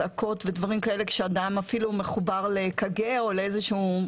אזעקות ודברים כאלה כאשר אדם אפילו מחובר ל-א.ק.ג או למכשיר אחר.